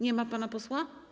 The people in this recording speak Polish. Nie ma pana posła.